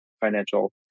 financial